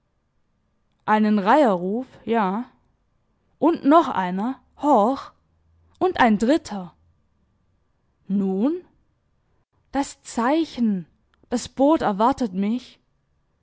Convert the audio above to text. einen reiherruf ja und noch einer horch und ein dritter nun das zeichen das boot erwartet mich